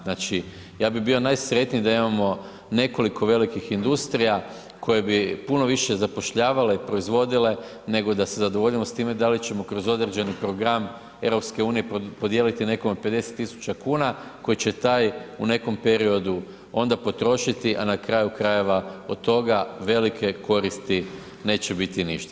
Znači, ja bi bio najsretniji da imamo nekoliko velikih industrija koje bi puno više zapošljavale i proizvodile nego da se zadovoljimo s time da li ćemo kroz određeni program EU podijeliti nekome 50.000 kuna koji će taj u nekom periodu onda potrošiti, a na kraju krajeva od toga velike koristi neće biti ništa.